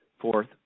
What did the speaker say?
Fourth